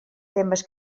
temes